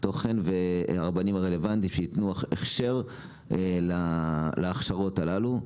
והרבנים הרלוונטיים שיתנו הכשר להכשרות הללו.